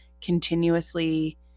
continuously –